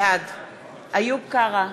בעד איוב קרא,